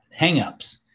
Hangups